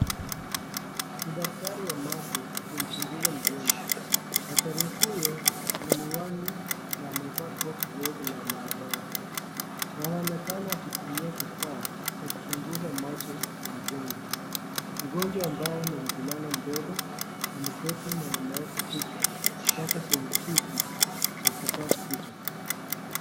Ni daktari wa macho akimchunguza mgonjwa, daktari huyo ana miwani na amevaa koti jeupe la mahabara na anaonekana akitumia kifaa cha kuchunguza macho ya mgonjwa. Mgonjwa ambaye ni mvulana mdogo ameketi na ameeka kichwa chake kwenye kiti cha kifaa hicho.